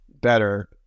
better